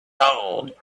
gold